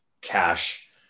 cash